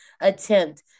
attempt